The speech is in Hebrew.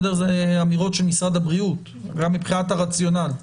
אלה אמירות של משרד הבריאות, גם מבחינת הרציונל.